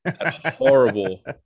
horrible